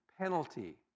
penalty